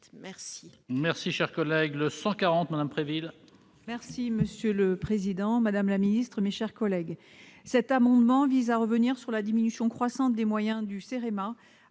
Merci